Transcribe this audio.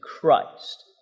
Christ